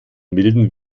milden